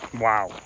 Wow